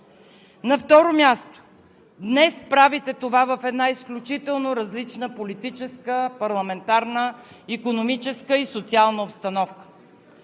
На второ място, днес правите това в една изключително различна политическа, парламентарна, икономическа и социална обстановка,